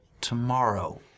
Tomorrow